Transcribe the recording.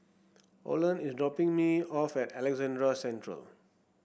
Olen is dropping me off at Alexandra Central